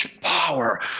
power